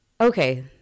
Okay